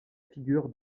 figure